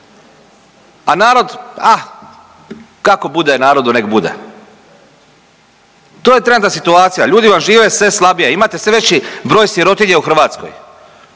a narod ah kako bude narodu nek bude. To je trenutna situacija, ljudi vam žive sve slabije, imate sve veći broj sirotinje u Hrvatskoj,